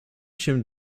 się